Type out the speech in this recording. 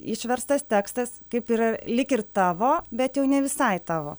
išverstas tekstas kaip yra lyg ir tavo bet jau ne visai tavo